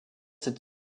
cette